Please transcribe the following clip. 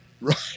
Right